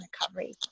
recovery